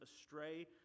astray